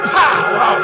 power